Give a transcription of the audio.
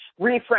reframe